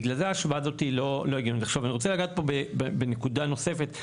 אני רוצה לגעת בנקודה נוספת.